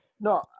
No